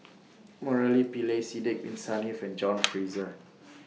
Murali Pillai Sidek Bin Saniff and John Fraser